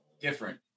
different